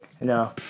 No